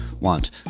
want